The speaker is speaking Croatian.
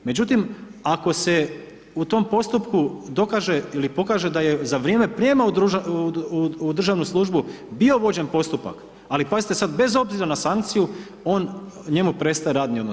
Međutim, ako se u tom postupku dokaže ili pokaže da je za vrijeme prijema u državnu službu bio vođen postupak ali pazite sad, bez obzira na sankciju on, njemu prestaje radni odnos.